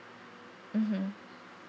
mmhmm